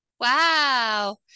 wow